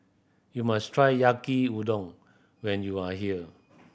you must try Yaki Udon when you are here